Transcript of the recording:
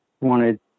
wanted